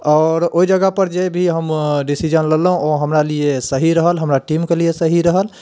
आओर ओहि जगह पर जे भी हम डिसीजन लेलहुँ ओ हमरा लिए सही रहल हमरा लिए सही रहल